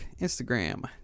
Instagram